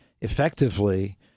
effectively